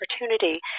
opportunity